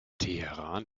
teheran